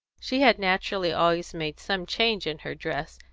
she had naturally always made some change in her dress,